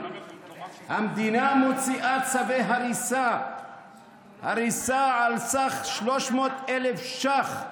המדינה מוציאה צווי הריסה על סך 300,000 ש"ח,